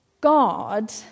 God